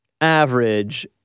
average